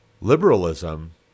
Liberalism